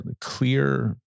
clear